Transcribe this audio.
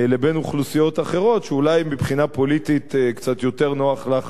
לבין אוכלוסיות אחרות שאולי מבחינה פוליטית קצת יותר נוח לך